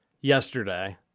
yesterday